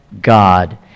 God